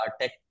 tech